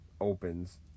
Opens